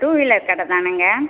two wheeler கடை தானங்க